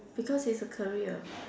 because it's a career